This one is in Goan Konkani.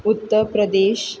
उत्तर प्रदेश